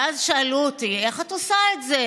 ואז שאלו אותי, איך את עושה את זה?